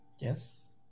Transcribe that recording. Yes